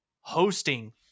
hosting